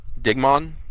Digmon